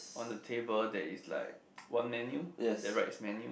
on the table there is like one menu there write is menu